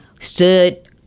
stood